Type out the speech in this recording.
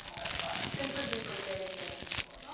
ah that's fun. super, super big dance floor.